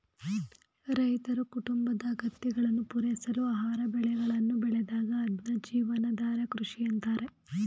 ರೈತರು ಕುಟುಂಬದ ಅಗತ್ಯಗಳನ್ನು ಪೂರೈಸಲು ಆಹಾರ ಬೆಳೆಗಳನ್ನು ಬೆಳೆದಾಗ ಅದ್ನ ಜೀವನಾಧಾರ ಕೃಷಿ ಅಂತಾರೆ